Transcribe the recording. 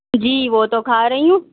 جی وہ تو کھا رہی ہوں